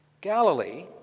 Galilee